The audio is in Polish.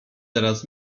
teraz